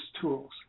tools